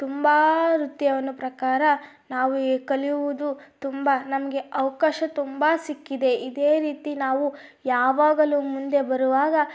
ತುಂಬ ನೃತ್ಯವನ್ನು ಪ್ರಕಾರ ನಾವು ಈ ಕಲಿಯುವುದು ತುಂಬ ನಮಗೆ ಅವಕಾಶ ತುಂಬ ಸಿಕ್ಕಿದೆ ಇದೇ ರೀತಿ ನಾವು ಯಾವಾಗಲೂ ಮುಂದೆ ಬರುವಾಗ